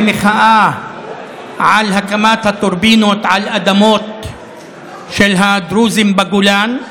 במחאה על הקמת הטורבינות על אדמות של הדרוזים בגולן,